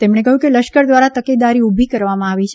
તેમણે કહ્યું કે લશ્કર દ્વારા તકેદારી ઉભી કરવામાં આવી છે